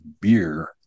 beer